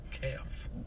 chaos